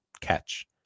catch